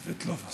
סְבֶטלובה.